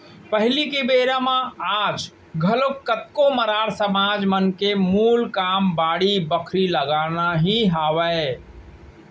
पहिली के बेरा म आज घलोक कतको मरार समाज मन के मूल काम बाड़ी बखरी लगाना ही हावय